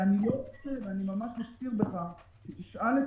אני רוצה להגיד לכם מה המצב בעולם.